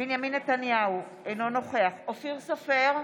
בנימין נתניהו, אינו נוכח אופיר סופר,